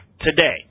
today